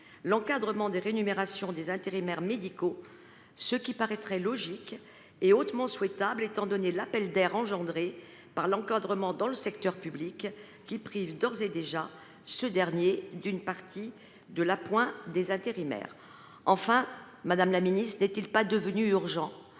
l’encadrement des rémunérations des intérimaires médicaux ? Cela paraît logique et hautement souhaitable, étant donné l’appel d’air engendré par l’encadrement dans le secteur public, qui prive d’ores et déjà ce dernier d’une partie de l’appoint des intérimaires. Enfin, n’est il pas devenu urgent